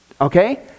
Okay